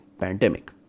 pandemic